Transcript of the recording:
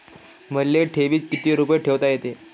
मले ठेवीत किती रुपये ठुता येते?